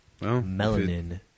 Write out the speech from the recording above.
Melanin